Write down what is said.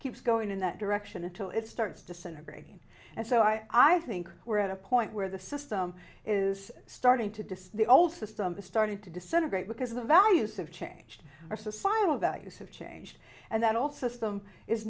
keeps going in that direction until it starts disintegrating and so i think we're at a point where the system is starting to destroy the old system is starting to disintegrate because the values have changed our societal values have changed and that also system is